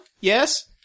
Yes